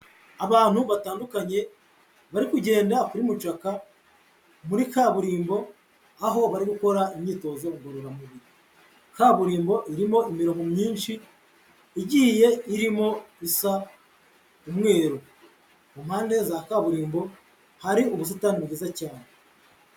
Abantu batandukanye, bari kugenda kuri mucaka, muri kaburimbo, aho bari gukora imyitozo ngororamubiri. Kaburimbo irimo imirongo myinshi igiye irimo isa umweru. Ku mpande za kaburimbo hari ubusitani bwiza cyane.